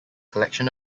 collection